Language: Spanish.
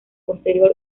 posterior